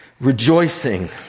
rejoicing